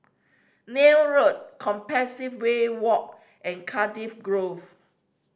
Neil Road Compassvale Walk and Cardiff Grove